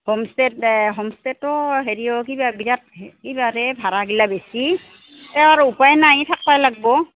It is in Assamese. হোমষ্টেত হোমষ্টেতো হেৰিও কিবা বিৰাট কিবা ভাড়া গিলা বেছি তেওঁ আৰু উপায় নাই থাকিব লাগিব